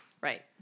Right